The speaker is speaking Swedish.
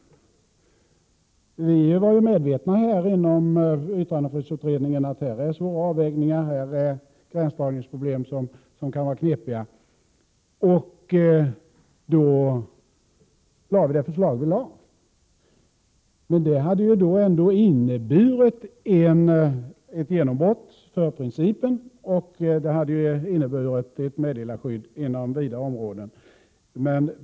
I utredningen var vi medvetna om de svåra avvägningsoch gränsdragningsproblemen. Därför såg vårt förslag ut som det gjorde. Om det hade genomförts hade följden blivit ett meddelarskydd inom vidare områden och ett genombrott för principen.